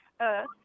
earth